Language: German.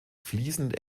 fließend